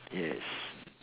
yes